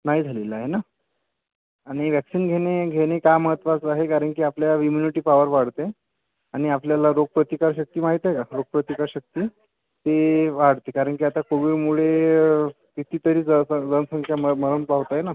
नाही झालेला आहे ना आणि व्हॅक्सिन घेणे घेणे का महत्त्वाचा आहे कारण की आपल्या इम्युनिटी पावर वाढते आणि आपल्याला रोगप्रतिकारशक्ती माहित आहे का रोगप्रतिकारशक्ती ती वाढते कारण की आता कोविडमुळे किती तरी जनसंख्या मरण पावत आहे ना